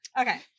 Okay